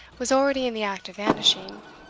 was already in the act of vanishing.